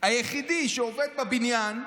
היחיד שעובד בבניין.